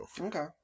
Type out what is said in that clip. Okay